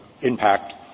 impact